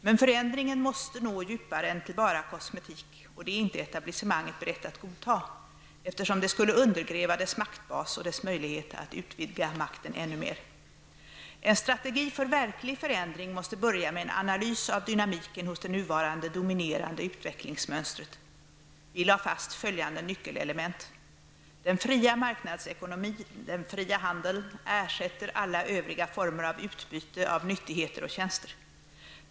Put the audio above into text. Men förändringen måste nå djupare än till bara kosmetik -- och det är inte etablissemanget berett att godta, eftersom det skulle undergräva dess maktbas och dess möjlighet att utvidga makten ännu mer. En strategi för verklig förändring måste börja med en analys av dynamiken hos det nuvarande dominerande utvecklingsmönstret. Vi lade fast följande nyckelelement: -- Den fria marknadsekonomin, den fria handeln, ersätter alla övriga former av utbyte av nyttigheter och tjänster.